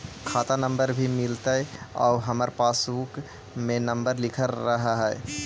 खाता नंबर भी मिलतै आउ हमरा पासबुक में नंबर लिखल रह है?